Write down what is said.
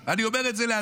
אני אומר את זה לעצמנו.